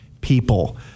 people